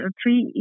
three